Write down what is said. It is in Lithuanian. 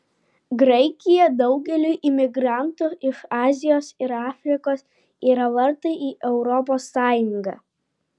graikija daugeliui imigrantų iš azijos ir afrikos yra vartai į europos sąjungą